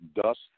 dust